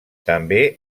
també